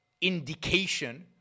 indication